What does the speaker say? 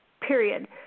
Period